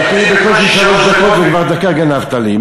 נתנו לי בקושי שלוש דקות, וכבר דקה גנבת לי.